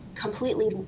completely